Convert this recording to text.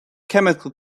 chemical